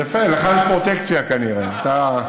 יפה, לך יש פרוטקציה, כנראה.